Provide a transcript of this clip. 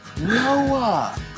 Noah